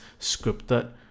scripted